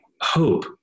hope